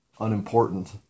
unimportant